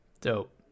Dope